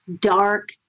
dark